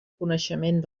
coneixement